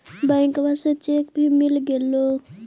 बैंकवा से चेक भी मिलगेलो?